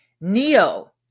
Neo